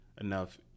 enough